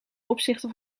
opzichte